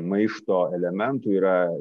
maišto elementų yra